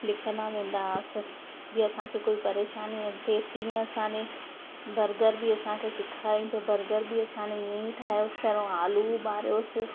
लिखंदा वेंदा हुआसि जीअं असांखे कोई परेशानी न थिए तीअं असां ने बर्गर बि असांखे सेखाराइ त बर्गर बि असां ने ईअं ई ठायोसि पहिरियों आलू उॿारियोसि